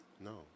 no